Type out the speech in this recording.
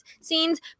scenes